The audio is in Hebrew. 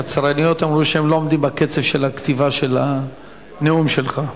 הקצרניות אמרו שהן לא עומדות בקצב של הכתיבה של הנאום שלך.